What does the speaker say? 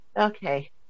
okay